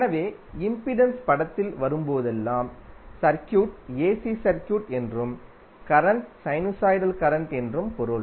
எனவே இம்பிடன்ஸ் படத்தில் வரும்போதெல்லாம் சர்க்யூட் ஏசி சர்க்யூட் என்றும் கரண்ட் சைனுசாய்டல் கரண்ட் என்றும் பொருள்